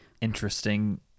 Interesting